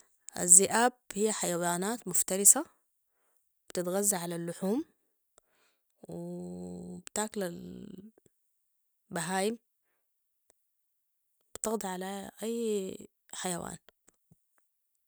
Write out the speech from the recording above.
الذئاب هي حيوانات مفترسة بتتغذى على اللحوم و بتأكل البهايم وبتقضى على أي حيوان